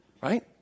right